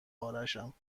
ارشم